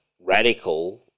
radical